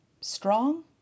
Strong